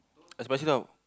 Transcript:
expensive tau